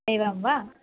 एवं वा